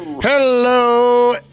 Hello